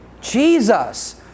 Jesus